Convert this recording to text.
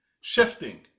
shifting